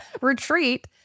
retreat